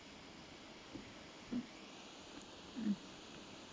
mm mm